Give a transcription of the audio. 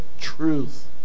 truth